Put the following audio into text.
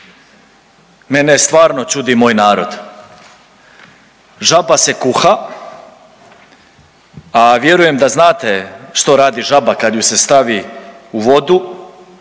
Mene stvarno čudi moj narod. Žaba se kuha, a vjerujem da znate što radi žaba kad ju se stavi u vodu,